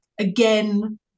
again